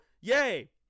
yay